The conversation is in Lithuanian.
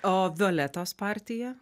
o violetos partija